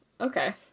okay